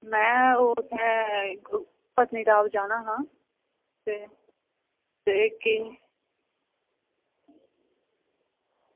में ओह् में पत्नीटॉप जाना हा ते केह्